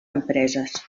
empreses